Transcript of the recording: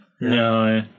No